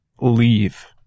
leave